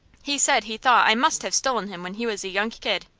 he said he thought i must have stolen him when he was a young kid.